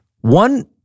One